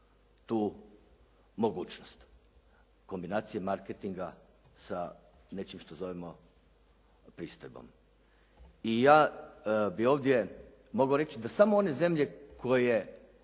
tu mogućnost. Kombinacije marketinga sa nečim što zovemo pristojbom. I ja bih ovdje mogao reći da samo one zemlje koje,